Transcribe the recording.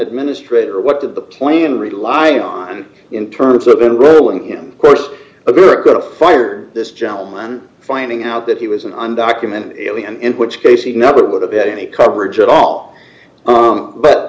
administrator what did the plan rely on in terms of enrolling him course a good a fire this gentleman finding out that he was d an undocumented alien in which case he never would have had any coverage at all